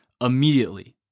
immediately